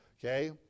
okay